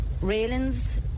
railings